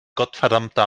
gottverdammter